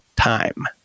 time